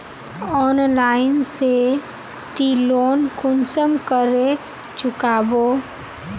Online से ती loan कुंसम करे चुकाबो?